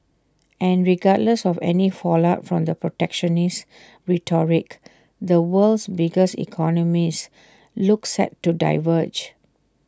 and regardless of any fallout from the protectionist rhetoric the world's biggest economies look set to diverge